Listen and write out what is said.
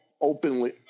openly